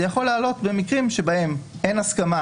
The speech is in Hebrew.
זה יכול לעלות במקרים שבהם אין הסכמה